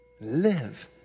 Live